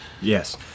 Yes